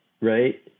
right